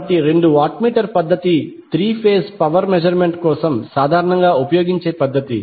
కాబట్టి రెండు watt meter పద్ధతి త్రీ ఫేజ్ పవర్ మెజర్మెంట్ కోసం సాధారణంగా ఉపయోగించే పద్ధతి